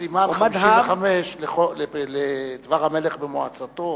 סימן 55 לדבר המלך במועצתו